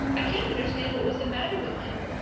i can't understand what was the matter with him.